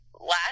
last